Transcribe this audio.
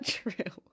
true